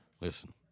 listen